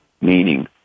meaning